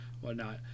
whatnot